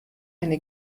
eine